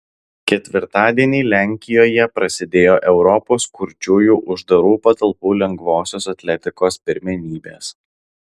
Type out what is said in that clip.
ketvirtadienį lenkijoje prasidėjo europos kurčiųjų uždarų patalpų lengvosios atletikos pirmenybės